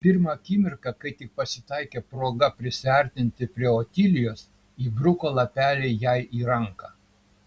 pirmą akimirką kai tik pasitaikė proga prisiartinti prie otilijos įbruko lapelį jai į ranką